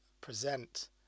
present